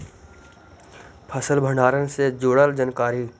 फसल भंडारन से जुड़ल जानकारी?